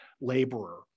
laborer